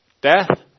death